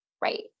Right